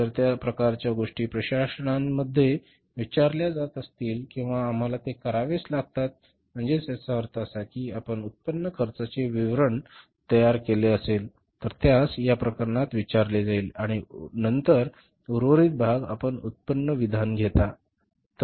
जर त्या प्रकारच्या गोष्टी प्रश्नांमध्ये विचारल्या जात असतील किंवा आम्हाला ते करावेच लागतात म्हणजे याचा अर्थ असा की आपण उत्पन्न खर्चाचे विवरण तयार केले असेल तर त्यास या प्रकरणात विचारले जाईल आणि नंतर उर्वरित भाग आपण उत्पन्न विधान घेता